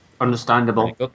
Understandable